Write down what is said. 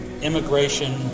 immigration